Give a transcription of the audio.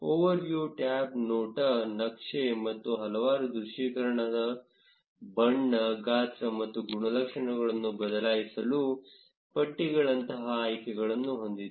over view tab ನೋಟ ನಕ್ಷೆ ಮತ್ತು ಹಲವಾರು ದೃಶ್ಯೀಕರಣದ ಬಣ್ಣ ಗಾತ್ರ ಮತ್ತು ಗುಣಲಕ್ಷಣಗಳನ್ನು ಬದಲಾಯಿಸಲು ಪಟ್ಟಿಗಳಂತಹ ಆಯ್ಕೆಗಳನ್ನು ಹೊಂದಿದೆ